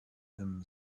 him